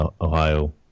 Ohio